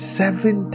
seven